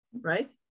right